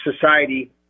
society